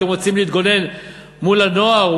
אתם רוצים להתגונן מול הנוער,